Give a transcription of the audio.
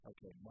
Okay